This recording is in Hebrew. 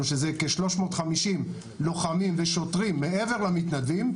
שזה כ-350 לוחמים ושוטרים מעבר למתנדבים,